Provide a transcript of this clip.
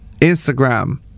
Instagram